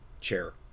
Chair